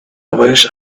wished